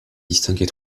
distinguer